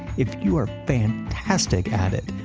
if you're fantastic at it,